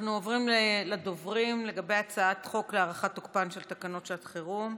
אנחנו עוברים לדוברים לגבי הצעת חוק להארכת תוקפן של תקנות שעת חירום.